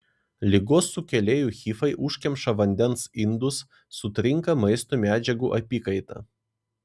ligos sukėlėjų hifai užkemša vandens indus sutrinka maisto medžiagų apykaita